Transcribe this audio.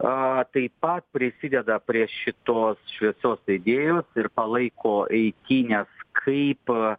o taip pat prisideda prie šitos šviesios idėjos ir palaiko eitynes kaip